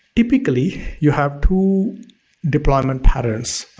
typically, you have two deployment patterns,